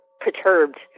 perturbed